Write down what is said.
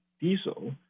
diesel